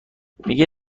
میگه